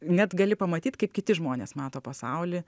net gali pamatyt kaip kiti žmonės mato pasaulį